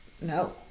No